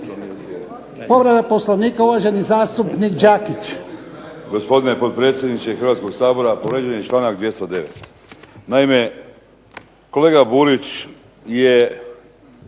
Povreda Poslovnika uvaženi zastupnik Ivan